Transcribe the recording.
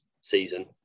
season